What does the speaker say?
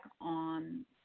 on